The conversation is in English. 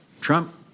Trump